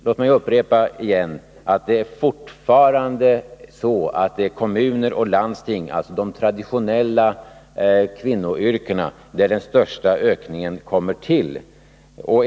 Låt mig upprepa att det fortfarande är i kommuner och landsting, som i sin verksamhet har de traditionella kvinnoyrkena, som den största ökningen äger rum.